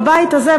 בבית הזה,